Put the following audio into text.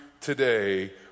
today